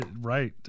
Right